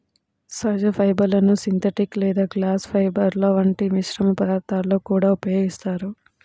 సహజ ఫైబర్లను సింథటిక్ లేదా గ్లాస్ ఫైబర్ల వంటి మిశ్రమ పదార్థాలలో కూడా ఉపయోగిస్తారు